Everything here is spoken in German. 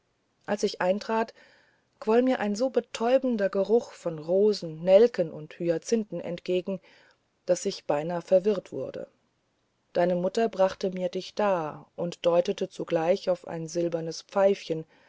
als ich eintrat quoll mir ein so betäubender geruch von rosen nelken und hyazinthen entgegen daß ich beinahe verwirrt wurde deine mutter brachte mir dich dar und deutete zugleich auf ein silbernes pfeifchen